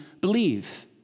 believe